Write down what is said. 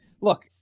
look